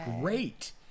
great